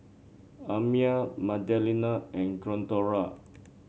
Amya Magdalena and Glendora